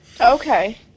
Okay